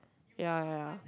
ya ya ya